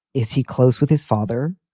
is he close with his father?